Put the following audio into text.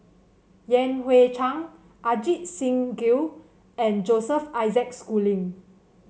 Yan Hui Chang Ajit Singh Gill and Joseph Isaac Schooling